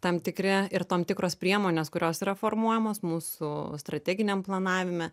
tam tikri ir tam tikros priemonės kurios yra formuojamos mūsų strateginiam planavime